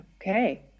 okay